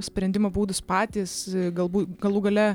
sprendimo būdus patys galbū galų gale